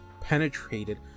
penetrated